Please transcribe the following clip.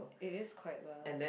it is quite lah